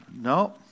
no